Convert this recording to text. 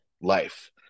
life